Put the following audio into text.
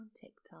tiktok